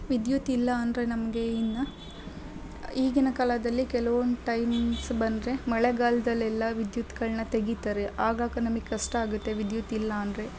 ವಿದ್ಯುತ್ ಇಲ್ಲ ಅಂದರೆ ನಮಗೆ ಇನ್ನು ಈಗಿನ ಕಾಲದಲ್ಲಿ ಕೆಲವೊಂದು ಟೈಮ್ಸ್ ಬಂದರೆ ಮಳೆಗಾಲದಲ್ಲೆಲ್ಲ ವಿದ್ಯುತ್ಗಳನ್ನ ತೆಗಿತಾರೆ ಆಗಾಕ್ ನಮಿಗೆ ಕಷ್ಟ ಆಗುತ್ತೆ ವಿದ್ಯುತ್ ಇಲ್ಲ ಅಂದರೆ